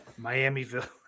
Miamiville